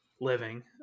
living